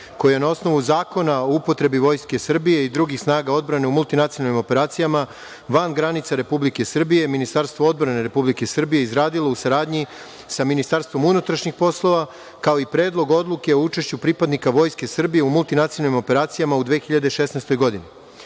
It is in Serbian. koje je na osnovu Zakona o upotrebi Vojske Srbije i drugih snaga odbrane u multinacionalnim operacijama van granica Republike Srbije Ministarstvo odbrane Republike Srbije izgradilo u saradnji sa Ministarstvom unutrašnjih poslova, kao i Predlog odluke o učešću pripadnika Vojske Srbije u multinacionalnim operacijama u 2016.